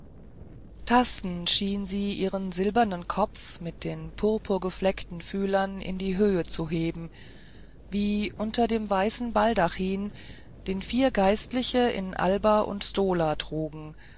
tastend schien sie ihren silbernen kopf mit den purpurgefleckten fühlern in die höhe zu heben wie unter dem weißen baldachin den vier geistliche in alba und stola trugen